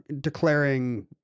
declaring